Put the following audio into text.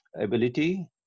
ability